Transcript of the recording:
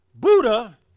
Buddha